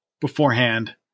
beforehand